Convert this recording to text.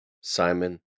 Simon